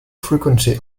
frequency